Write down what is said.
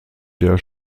der